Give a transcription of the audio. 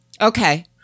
Okay